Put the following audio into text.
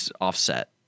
offset